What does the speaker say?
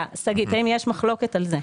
שגית, האם יש מחלוקת על זה?